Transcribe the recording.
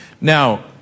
Now